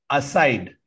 aside